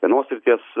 vienos srities